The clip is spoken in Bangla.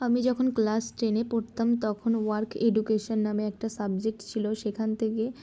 আমি যখন ক্লাস টেনে পড়তাম তখন ওয়ার্ক এডুকেশন নামে একটা সাবজেক্ট ছিল সেখান থেকে